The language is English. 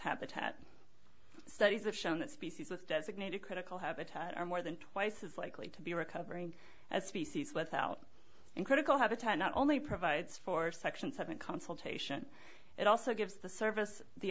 habitat studies have shown that species with designated critical habitat are more than twice as likely to be recovering as species without in critical habitat not only provides for section seven consultation it also gives the service the